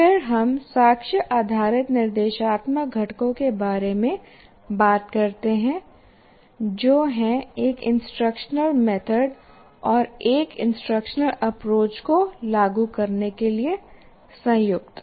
फिर हम साक्ष्य आधारित निर्देशात्मक घटकों के बारे में बात करते हैं जो हैं एक इंस्ट्रक्शनल मेथड और एक इंस्ट्रक्शनल अप्रोच को लागू करने के लिए संयुक्त